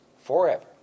forever